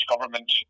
government